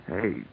Hey